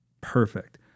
Perfect